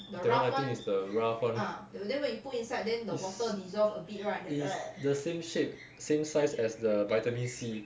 that [one] I think is the rough [one] lor is is the same shape same size as the vitamin C